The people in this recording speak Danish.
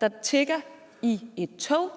der tigger i et tog,